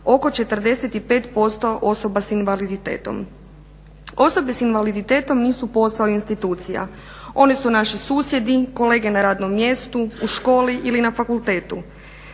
oko 45% osoba sa invaliditetom. Osobe sa invaliditetom nisu posao institucija. One su naši susjedi, kolege na radnom mjestu, u školi ili na fakultetu.